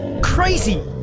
crazy